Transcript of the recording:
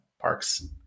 parks